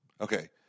Okay